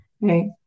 Right